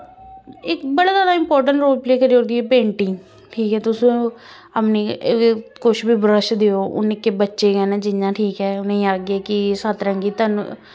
इक बड़ा जादा इम्पार्टेंट रोल प्ले करी ओड़दी ऐ पेंटिंग ठीक ऐ तुस अपनी कुछ बी ब्रश देओ निक्के बच्चे हैन जियां ठीक ऐ उ'नें ई आक्खगे कि सत्तरंगी तन